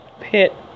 Pit